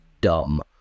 dumb